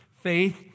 faith